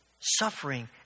suffering